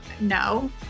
No